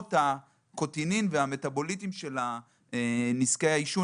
רמות הקוטינין והמטבוליטים של נזקי העישון